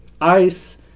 ICE